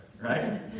right